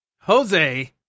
Jose